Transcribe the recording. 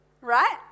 Right